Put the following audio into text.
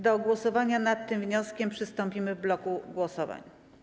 Do głosowania nad tym wnioskiem przystąpimy w bloku głosowań.